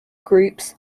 groups